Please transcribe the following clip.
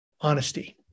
honesty